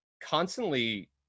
constantly